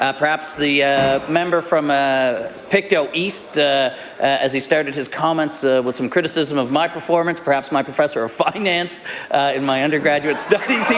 ah perhaps the member from ah pictou east as he started his comments ah with some criticism of my performance, perhaps my professor of finance in my under graduate studies